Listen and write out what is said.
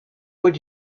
would